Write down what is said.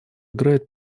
играет